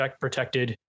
protected